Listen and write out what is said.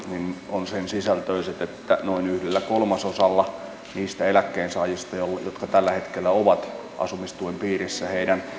ovat sensisältöiset että noin yhdellä kolmasosalla niistä eläkkeensaajista jotka tällä hetkellä ovat asumistuen piirissä